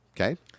Okay